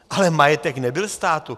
Ale majetek nebyl státu.